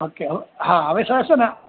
okay હા હવે હવે સાહેબ છે ને